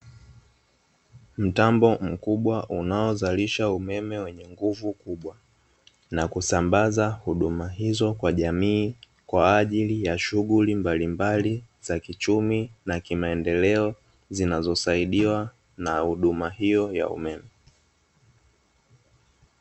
Mtambo mkubwa unaozalisha umeme wenye nguvu kubwa na kusambaza huduma hizo kwa jamii, kwa ajili ya shughuli mbalimbali za kiuchumi na kimaendeleo zinazosaidiwa na huduma hiyo ya umeme.